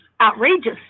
outrageous